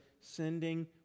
sending